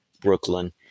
Brooklyn